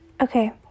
okay